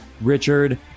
richard